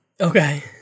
Okay